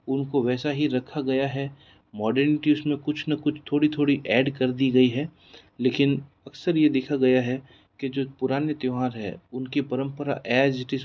उनको वैसा ही रखा गया है मॉडर्निटी उसमें कुछ ना कुछ थोड़ी थोड़ी एड कर दी गई है लेकिन अक्सर ये देखा गया है कि जो पुराने त्यौहार है उनकी परम्परा एज़ इट इज